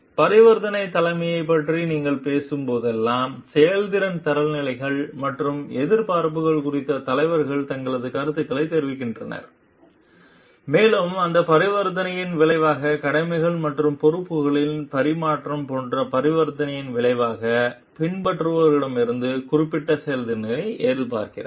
பரிவர்த்தனைத் தலைமையைப் பற்றி நீங்கள் பேசும் போதெல்லாம் செயல்திறன் தரநிலைகள் மற்றும் எதிர்பார்ப்புகள் குறித்து தலைவர் தனது கருத்துக்களைத் தெரிவிக்கிறார் மேலும் அந்த பரிவர்த்தனையின் விளைவாக கடமைகள் மற்றும் பொறுப்புகளின் பரிமாற்றம் போன்ற பரிவர்த்தனையின் விளைவாக பின்பற்றுபவரிடமிருந்து குறிப்பிட்ட செயல்திறனை எதிர்பார்க்கிறார்